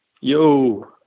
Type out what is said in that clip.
Yo